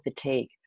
fatigue